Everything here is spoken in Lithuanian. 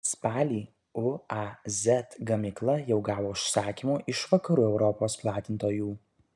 spalį uaz gamykla jau gavo užsakymų iš vakarų europos platintojų